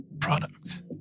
products